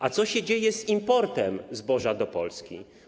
A co się dzieje z importem zboża do Polski?